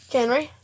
Henry